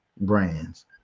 brands